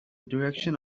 direction